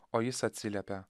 o jis atsiliepia